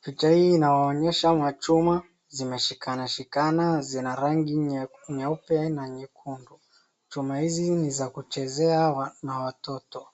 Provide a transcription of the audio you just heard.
Picha hii inaonyesha machuma zimeshikana shikana zina rangi nyeupe na nyekundu. Chuma hizi ni za kuchezea na watoto.